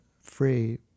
free